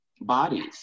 bodies